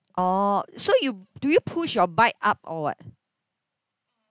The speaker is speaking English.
oh so you do you push your bike up or what